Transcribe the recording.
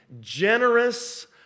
generous